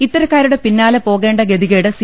ഇത്ത ര ക്കാ രു ടെ പിന്നാ ലെ പോ കേണ്ട ഗതി കേട് സി